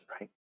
right